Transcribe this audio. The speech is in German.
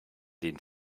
den